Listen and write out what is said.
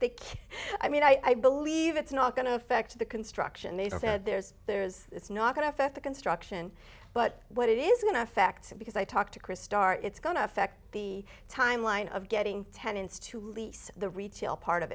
think i mean i believe it's not going to affect the construction they said there's there's it's not going to affect the construction but what it is going to affect because i talked to chris star it's going to affect the timeline of getting tenants to lease the retail part of